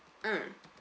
mm